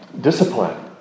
discipline